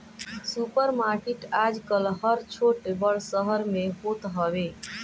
super market आजकल हर छोट बड़ शहर में होत हवे